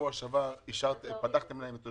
לא יכלו להגיש כי רצו תעודת